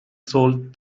sold